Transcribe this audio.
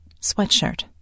sweatshirt